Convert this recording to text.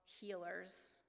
healers